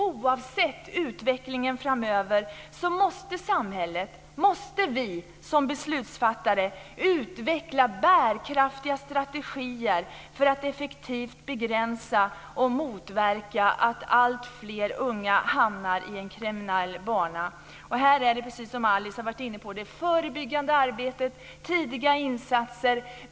Oavsett utvecklingen framöver måste samhället och vi som beslutsfattare utveckla bärkraftiga strategier för att effektivt begränsa och motverka att alltfler unga hamnar i en kriminell bana. Här ska vi, precis som Alice har varit inne på, arbeta förebyggande med tidiga insatser.